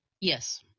Yes